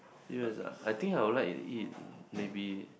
serious ah I think I would like to eat maybe